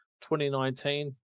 2019